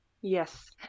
Yes